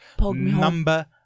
Number